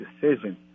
decision